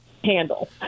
handle